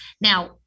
now